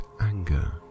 anger